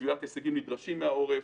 בקביעת הישגים נדרשים מהעורף,